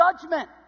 judgment